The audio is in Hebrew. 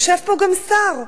יושב פה גם שר,